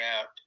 out